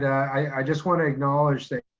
i just wanna acknowledge the